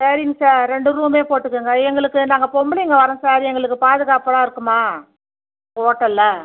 சரிங்க சார் ரெண்டு ரூமே போட்டுக்குங்க எங்களுக்கு நாங்கள் பொம்பளைங்க வரோம் சார் எங்களுக்கு பாதுகாப்பாக இருக்குமா ஹோட்டலில்